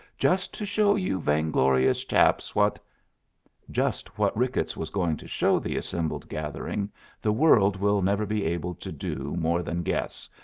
just to show you vainglorious chaps what just what ricketts was going to show the assembled gathering the world will never be able to do more than guess,